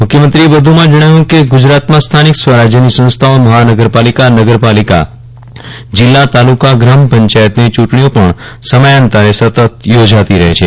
મુખ્યમંત્રીશ્રીએ વધુમાં જજ્જાવ્યું કે ગુજરાતમાં સ્થાનિક સ્વરાજ્યની સંસ્થાઓ મહાનગરપાલિકા નગરપાલિકા જિલ્લા તાલુકા ગ્રામ પંચાયતોની ચૂંટણીઓ પજ્ઞ સમયાંતરે સતત યોજાતી રહે છે